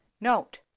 note